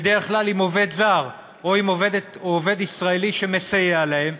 בדרך כלל עם עובד זר או עם עובדת או עובד ישראלי שמסייע להם,